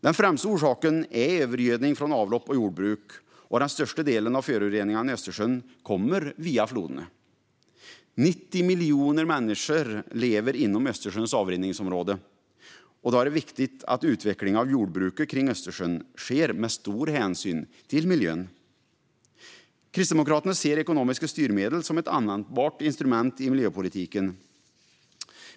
Den främsta orsaken är övergödning från avlopp och jordbruk, och den största delen av föroreningarna i Östersjön kommer via floderna. 90 miljoner människor lever inom Östersjöns avrinningsområde. Då är det viktigt att utvecklingen av jordbruket kring Östersjön sker med stor hänsyn till miljön. Kristdemokraterna ser ekonomiska styrmedel som ett användbart instrument i miljöpolitiken.